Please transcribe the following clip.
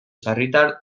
sarritan